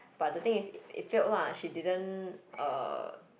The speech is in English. but the thing is it failed lah she didn't uh